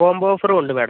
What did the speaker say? combo ഓഫറും ഉണ്ട് madam